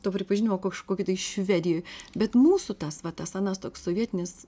to pripažinimo kažkokio tai švedijoj bet mūsų tas va tas anas toks sovietinis